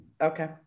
Okay